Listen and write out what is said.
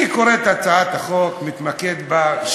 אני קורא את הצעת החוק, מתמקד בה.